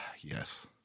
Yes